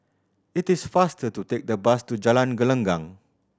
it is faster to take the bus to Jalan Gelenggang